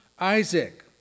Isaac